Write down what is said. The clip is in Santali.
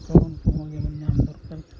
ᱯᱷᱳᱨᱢ ᱠᱚᱦᱚ ᱡᱮᱢᱚᱱ ᱧᱟᱢ ᱫᱚᱨᱠᱟᱨ ᱠᱟᱱᱟ